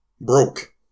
broke